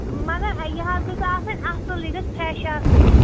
مگر یہِ حظ گژھِ آسٕنۍ اَصٕل یہِ گژھِ فرٛٮ۪ش آسٕنۍ